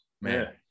Man